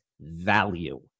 value